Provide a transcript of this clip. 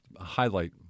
highlight